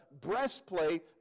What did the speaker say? breastplate